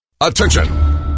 Attention